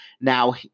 Now